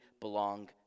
belong